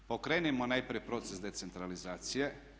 Pa okrenimo najprije proces decentralizacije.